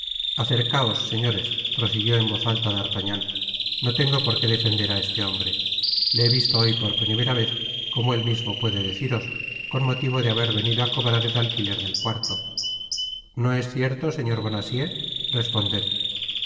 acercaos señores prosiguió en voz atta d'artagnan no tengo por qué defender á este hombre le he visto hoy por vez primera como él mismo puede deciros con motivo de haber venido á cobrar el alquiler del cuarto no es cierto señor bonacieux responded